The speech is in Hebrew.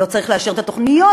ולא צריך לאשר את התוכניות,